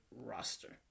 roster